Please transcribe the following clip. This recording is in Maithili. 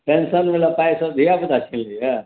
पेन्शन बला पाय सब धिआ पूता छीन लैये